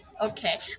Okay